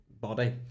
body